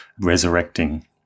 resurrecting